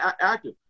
active